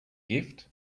gift